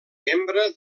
membre